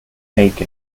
take